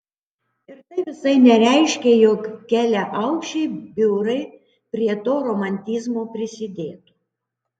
ir tai visai nereiškia jog keliaaukščiai biurai prie to romantizmo prisidėtų